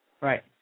Right